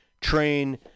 Train